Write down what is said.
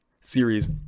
Series